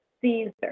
Caesar